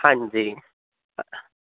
ਹਾਂਜੀ